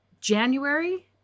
January